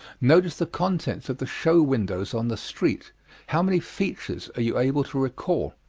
notice the contents of the show windows on the street how many features are you able to recall?